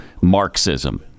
Marxism